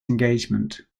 engagement